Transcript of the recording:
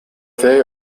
they